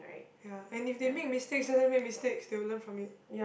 ya and if they make mistakes let them make mistakes they will learn from it